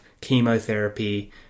chemotherapy